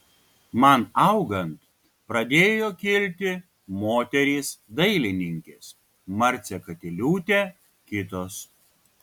man augant pradėjo kilti moterys dailininkės marcė katiliūtė kitos